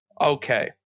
okay